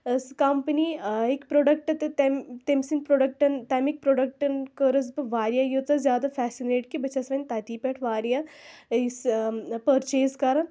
سۅ کمپٔنی نایِک پرٛوڈکٹہٕ تہٕ تٔمۍ تٔمۍ سٕنٛدۍ پرٛوڈکٹَن تَمیُِک پرٛوڈکٹَن کٔرٕس بہٕ واریاہ ییٖژاہ زیادٕ فیسِنیٹ کہِ بہٕ چھَس وۅنۍ تَتی پٮ۪ٹھ واریاہ یُس یہِ پٔرچیز کَران